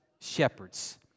shepherds